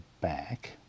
back